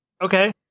okay